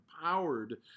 empowered